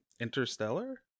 Interstellar